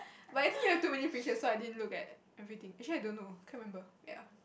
but I think you have too many pictures so I didn't look at everything actually I don't know I can't remember ya